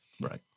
Right